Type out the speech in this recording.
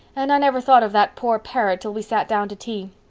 and i never thought of that poor parrot till we sat down to tea.